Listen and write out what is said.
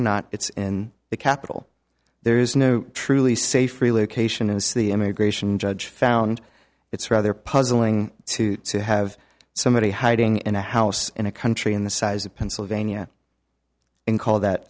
not it's in the capital there is no truly safe relocation as the immigration judge found it's rather puzzling to have somebody hiding in a house in a country in the size of pennsylvania and call that